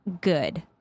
good